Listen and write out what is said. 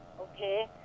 Okay